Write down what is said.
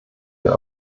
der